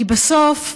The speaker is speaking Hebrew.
כי בסוף,